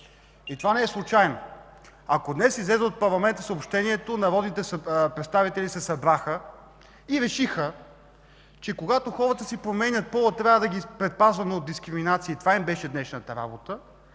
и това не е случайно. Ако днес от парламента излезе съобщението: „Народните представители се събраха и решиха, че когато хората си променят пола, трябва да ги предпазваме от дискриминация. Това им беше днешната работа”,